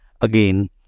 Again